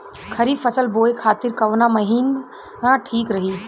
खरिफ फसल बोए खातिर कवन महीना ठीक रही?